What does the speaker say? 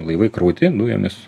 laivai krauti dujomis